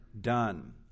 done